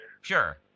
Sure